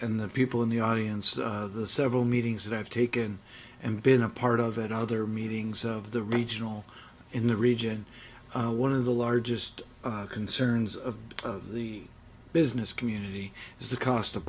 and the people in the audience of the several meetings that have taken and been a part of it other meetings of the regional in the region one of the largest concerns of the of the business community is the cost of